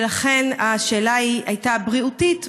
לכן השאלה הייתה בריאותית,